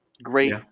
great